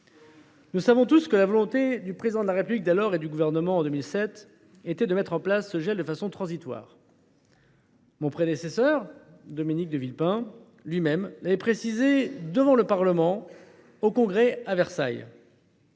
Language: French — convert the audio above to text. Nous savons tous qu’en 2007, la volonté du président de la République et du gouvernement de l’époque était de mettre en place ce gel de façon transitoire. Mon prédécesseur Dominique de Villepin avait lui même précisé devant le Parlement réuni en Congrès à Versailles